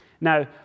Now